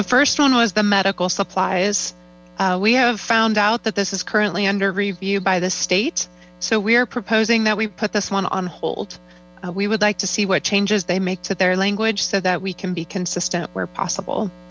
the first one was the medical supplies we have found out that this is currently under review by the states so we are proposing that we put this one on hold we would like to see what changes they make to their language so that we can be nsnsisntnt where possible